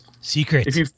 Secrets